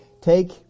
take